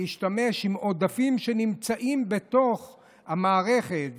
להשתמש בעודפים שנמצאים בתוך המערכת,